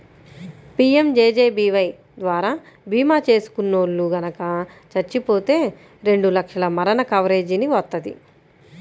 PMJJBY ద్వారా భీమా చేసుకున్నోల్లు గనక చచ్చిపోతే రెండు లక్షల మరణ కవరేజీని వత్తది